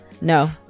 No